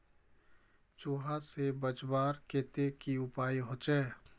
चूहा से बचवार केते की उपाय होचे?